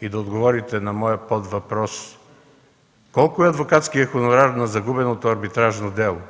и да отговорите на моя подвъпрос: колко е адвокатският хонорар на загубеното арбитражно дело?